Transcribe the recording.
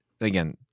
again